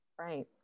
Right